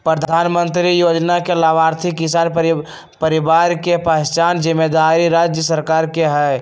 प्रधानमंत्री किसान जोजना में लाभार्थी किसान परिवार के पहिचान जिम्मेदारी राज्य सरकार के हइ